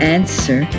Answer